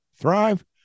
thrive